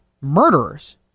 murderers